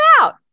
out